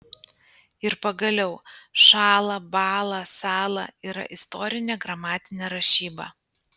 ir pagaliau šąla bąla sąla yra istorinė gramatinė rašyba